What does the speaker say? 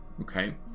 okay